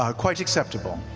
ah quite acceptable.